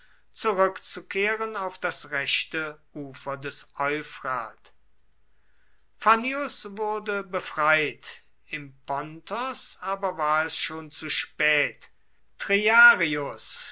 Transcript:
zurückzukehren auf das rechte ufer des euphrat fannius wurde befreit im pontos aber war es schon zu spät